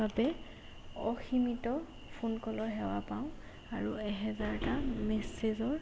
বাবে অসীমিত ফোন কলৰ সেৱা পাওঁ আৰু এহেজাৰটা মেছেজৰ